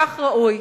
כך ראוי,